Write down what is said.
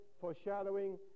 foreshadowing